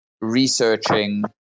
researching